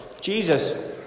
Jesus